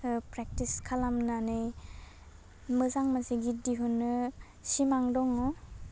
ओह प्रेक्टिस खालामनानै मोजां मोनसे गित दिहुन्नो सिमां दङ